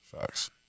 facts